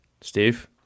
Steve